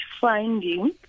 finding